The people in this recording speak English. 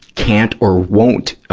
can't or won't, ah,